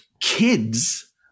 kids